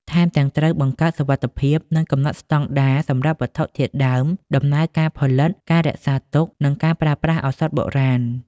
ថែមទាំង ត្រូវបង្កើតសុវត្ថិភាព និងកំណត់ស្តង់ដារសម្រាប់វត្ថុធាតុដើម ដំណើរការផលិត ការរក្សាទុក និងការប្រើប្រាស់ឱសថបុរាណ។